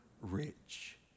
rich